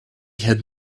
had